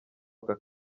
aka